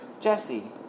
Jesse